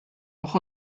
auch